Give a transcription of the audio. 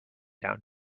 down